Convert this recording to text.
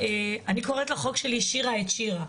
אני קוראת לחוק שלי שירה את שירה.